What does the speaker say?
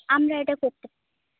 আমরা এটা করতে